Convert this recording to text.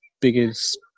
biggest